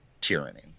tyranny